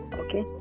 okay